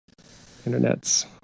Internets